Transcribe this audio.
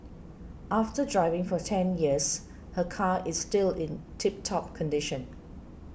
after driving for ten years her car is still in tip top condition